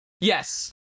Yes